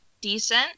decent